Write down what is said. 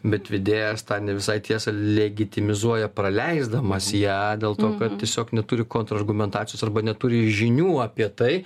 bet vedėjas tą ne visai tiesą legitimizuoja praleisdamas ją dėl to kad tiesiog neturi kontrargumentacijos arba neturi žinių apie tai